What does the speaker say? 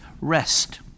rest